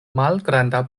malgranda